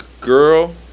girl